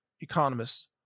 economists